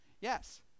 Yes